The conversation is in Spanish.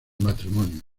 matrimonio